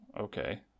Okay